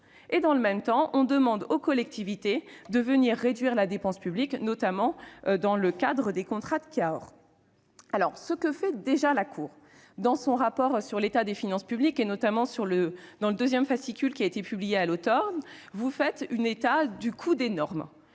Dans le même temps, on demande aux collectivités de réduire la dépense publique, notamment dans le cadre des contrats de Cahors. Dans son rapport sur l'état des finances publiques, notamment dans le deuxième fascicule qui a été publié à l'automne, la Cour fait un état du coût des normes.